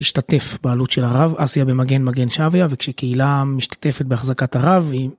השתתף בעלות של הרב אסיה במגן מגן שוויה וכשקהילה משתתפת בהחזקת הרב.